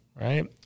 right